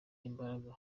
imbaraga